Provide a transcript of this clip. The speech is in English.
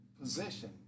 position